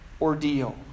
ordeal